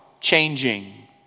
changing